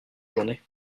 journée